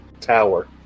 tower